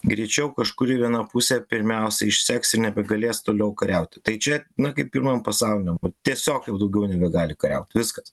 greičiau kažkuri viena pusė pirmiausia išseks ir nebegalės toliau kariauti tai čia na kaip pirmam pasauliniam tiesiog jau daugiau nebegali kariauti viskas